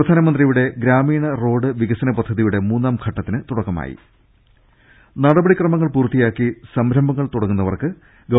പ്രധാനമന്ത്രിയുടെ ഗ്രാമീണ റോഡ് വിക്സനപദ്ധതിയുടെ മൂന്നാംഘട്ടത്തിന് തുടക്കമായി നടപടിക്രമങ്ങൾ പൂർത്തിയാക്കി സംരംഭങ്ങൾ തുടങ്ങുന്ന വർക്ക് ഗവ